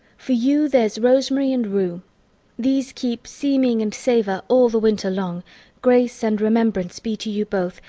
for you there's rosemary and rue these keep seeming and savour all the winter long grace and remembrance be to you both!